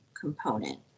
component